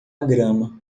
grama